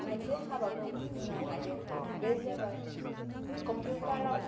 मोनसे हाबाखौ बुंनो हायो बे जाबाय कम्पिउटारआव